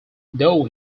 though